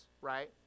right